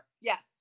Yes